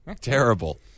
Terrible